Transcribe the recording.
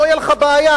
לא תהיה לך בעיה,